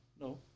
No